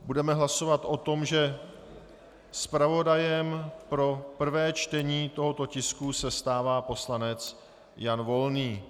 Budeme hlasovat o tom, že zpravodajem pro prvé čtení tohoto tisku se stává poslanec Jan Volný.